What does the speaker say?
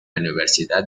universidad